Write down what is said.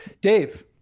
Dave